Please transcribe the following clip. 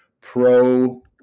pro